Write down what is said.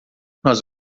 nós